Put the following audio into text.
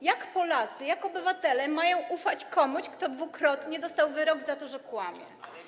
Jak Polacy, jak obywatele mają ufać komuś, kto dwukrotnie dostał wyrok za to, że kłamie?